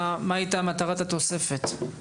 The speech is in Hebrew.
מה הייתה מטרת התוספת?